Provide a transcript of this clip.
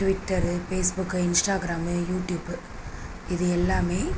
Twitter Facebook Instagram YouTube இது எல்லாமே